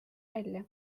välja